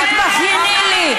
אל תתבכייני לי.